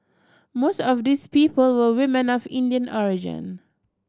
most of these people were women Indian origin